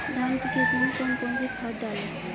धान की खेती में कौन कौन सी खाद डालें?